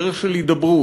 דרך של הידברות,